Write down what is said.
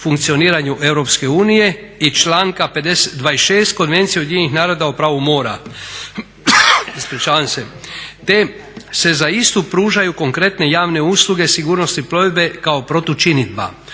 funkcioniranju EU i članka 26. Konvencije UN o pravu mora, te se za istu pružaju konkretne javne usluge sigurnosti plovidbe kao protučinidba.